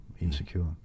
insecure